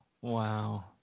Wow